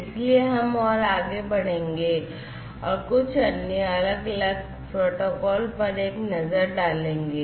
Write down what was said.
इसलिए हम और आगे बढ़ेंगे और कुछ अन्य अलग अलग प्रोटोकॉल पर एक नज़र डालेंगे